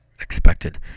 expected